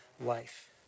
life